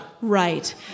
Right